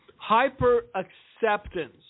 Hyper-acceptance